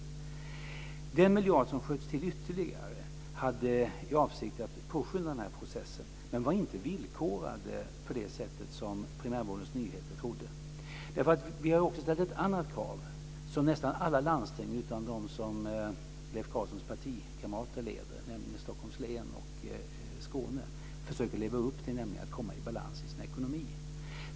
Den ytterligare miljard som sköts till hade som avsikt att påskynda den här processen men var inte villkorad på det sätt som man vid Primärvårdens Nyheter trodde. Vi har nämligen ställt ett annat krav som alla landsting utom de som Leif Carlsons partikamrater leder - Stockholms län och Skåne - försöker att leva upp till, nämligen att komma i balans i sina ekonomier.